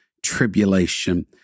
Tribulation